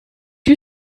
you